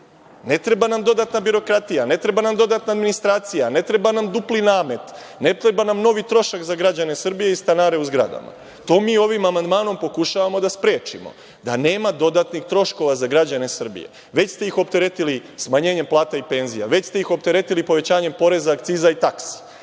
Ne treba nam dodatna birokratija. Ne treba nam dodatna administracija. Ne treba nam dupli namet. Ne treba nam novi trošak za građane Srbije i stanare u zgradama. To mi ovim amandmanom pokušavamo da sprečimo, da nema dodatnih troškova za građane Srbije. Već ste ih opteretili smanjenjem plata i penzija, već ste ih opteretili povećanjem poreza, akciza i taksi.